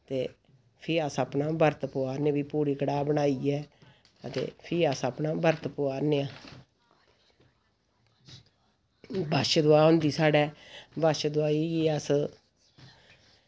ते फ्ही अस अपना बरत पुआरने फ्ही पूड़ी कड़ाह् बनाइयै अते फ्ही अस अपना बरत पुआरने आं बच्छदुआ होंदी साढ़ै बच्छदुआई गी अस